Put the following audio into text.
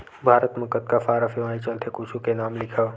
भारत मा कतका सारा सेवाएं चलथे कुछु के नाम लिखव?